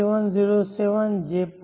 707જે 0